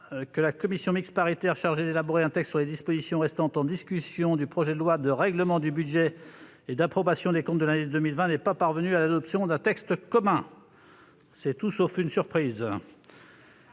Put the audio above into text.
que la commission mixte paritaire chargée d'élaborer un texte sur les dispositions restant en discussion du projet de loi de règlement du budget et d'approbation des comptes de l'année 2020 n'est pas parvenue à l'adoption d'un texte commun. Nous reprenons